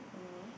mm